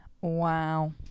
Wow